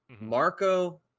Marco